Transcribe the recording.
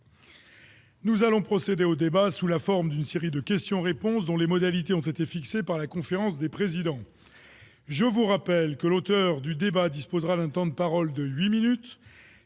Nous allons procéder au débat sous la forme d'une série de questions-réponses dont les modalités ont été fixées par la conférence des présidents. Je vous rappelle que l'auteur de la demande de débat dispose d'un temps de parole de huit minutes,